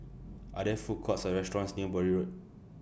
Are There Food Courts Or restaurants near Bury Road